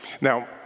Now